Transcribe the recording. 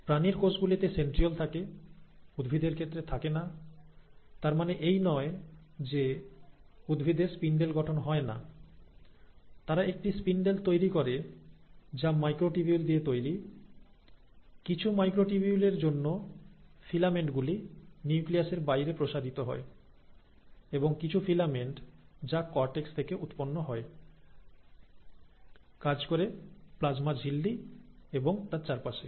প্রাণীর কোষগুলোতে সেন্ট্রিওল থাকে উদ্ভিদের ক্ষেত্রে থাকে না তার মানে এই নয় যে উদ্ভিদের স্পিন্ডেল গঠন হয় না তারা একটি স্পিন্ডেল তৈরি করে যা মাইক্রোটিবিউল দিয়ে তৈরি কিছু মাইক্রোটিবিউল এর জন্য ফিলামেন্ট গুলি নিউক্লিয়াসের বাইরে প্রসারিত হয় এবং কিছু ফিলামেন্ট যা কর্টেক্স থেকে উৎপন্ন হয় কাজ করে প্লাজমা ঝিল্লি এবং তার চারপাশে